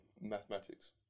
mathematics